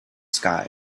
sky